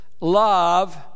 love